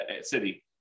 city